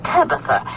Tabitha